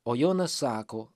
o jonas sako